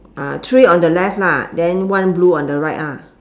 ah three on the left lah then one blue on the right ah